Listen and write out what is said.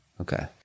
Okay